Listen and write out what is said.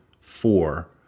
four